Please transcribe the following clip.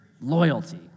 Loyalty